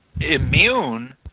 immune